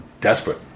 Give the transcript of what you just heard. desperate